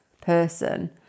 person